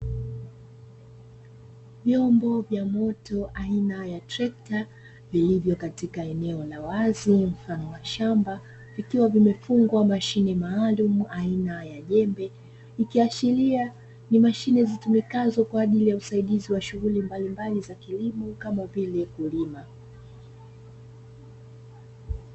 Vyombo vya moto aina ya trekta, vilivyo katika eneo la wazi mfano wa shamba, vikiwa vimefungwa mashine maalumu aina ya jembe, ikiashiria ni mashine zitumikazo kwa ajili ya usaidizi wa shughuli mbalimbali za kilimo kama vile kulima.